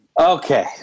okay